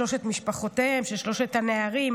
שלוש משפחותיהם של שלושת הנערים,